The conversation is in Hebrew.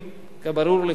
כברור לכולנו,